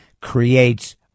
creates